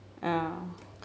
ya